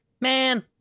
Man